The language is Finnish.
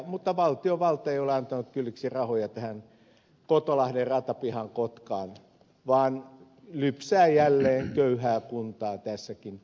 mutta valtiovalta ei ole antanut kylliksi rahoja tähän kotolahden ratapihaan kotkaan vaan lypsää jälleen köyhää kuntaa tässäkin asiassa